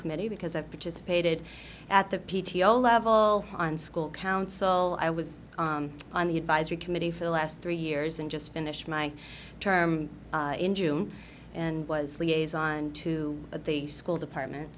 committee because i've participated at the p t o level on school council i was on the advisory committee for the last three years and just finished my term in june and was liaison to the school department